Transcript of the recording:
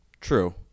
True